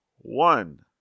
one